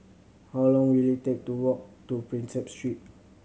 how long will it take to walk to Prinsep Street